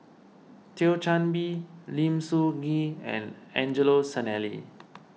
Thio Chan Bee Lim Soo Ngee and Angelo Sanelli